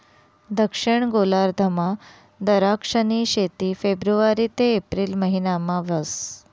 दक्षिण गोलार्धमा दराक्षनी शेती फेब्रुवारी ते एप्रिल महिनामा व्हस